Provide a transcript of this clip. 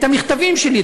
את המכתבים שלי,